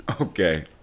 Okay